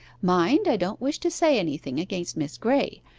mind i don't wish to say anything against miss graye,